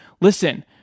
listen